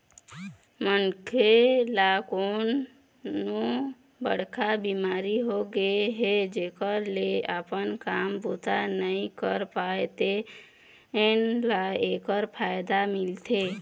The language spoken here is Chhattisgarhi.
मनखे ल कोनो बड़का बिमारी होगे हे जेखर ले अपन काम बूता नइ कर पावय तेन ल एखर फायदा मिलथे